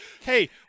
Hey